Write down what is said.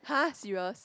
!huh! serious